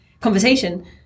conversation